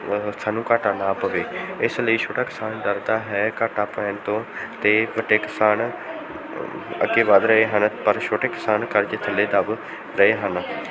ਸਾਨੂੰ ਘਾਟਾ ਨਾ ਪਵੇ ਇਸ ਲਈ ਛੋਟਾ ਕਿਸਾਨ ਡਰਦਾ ਹੈ ਘਾਟਾ ਪੈਣ ਤੋਂ ਅਤੇ ਵੱਡੇ ਕਿਸਾਨ ਅੱਗੇ ਵਧ ਰਹੇ ਹਨ ਪਰ ਛੋਟੇ ਕਿਸਾਨ ਕਰਜ਼ੇ ਥੱਲੇ ਦੱਬ ਰਹੇ ਹਨ